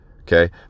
okay